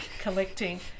collecting